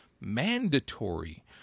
mandatory